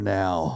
now